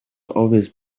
always